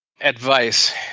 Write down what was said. Advice